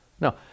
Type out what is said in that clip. No